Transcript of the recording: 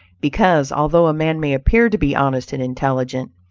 because, although a man may appear to be honest and intelligent,